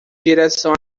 direção